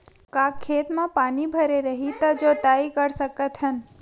का खेत म पानी भरे रही त जोताई कर सकत हन?